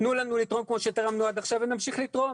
תנו לנו לתרום כמו עד עכשיו, ונמשיך לתרום.